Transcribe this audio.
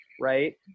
right